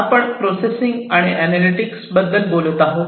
आपण प्रोसेसिंग आणि एनालॅटिक्स बद्दल बोलत आहोत